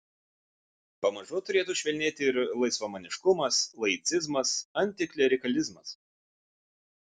pamažu turėtų švelnėti ir laisvamaniškumas laicizmas antiklerikalizmas